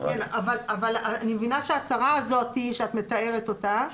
אבל אני מבינה שההצהרה הזאת שאת מתארת אותה,